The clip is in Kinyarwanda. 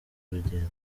urugendo